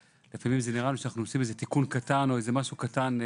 לפעמים זה נראה שאנחנו עושים איזה תיקון קטן או איזה משהו קטן,